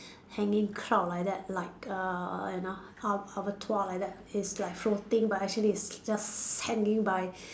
hanging cloud like that like uh you know hub like that is like floating but actually it's just hanging by